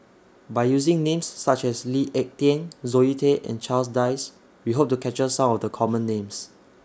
By using Names such as Lee Ek Tieng Zoe Tay and Charles Dyce We Hope to capture Some of The Common Names